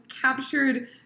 captured